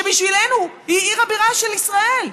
שבשבילנו היא עיר הבירה של ישראל.